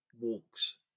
walks